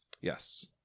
Yes